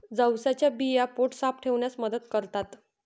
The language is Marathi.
जवसाच्या बिया पोट साफ ठेवण्यास मदत करतात